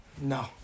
no